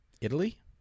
Italy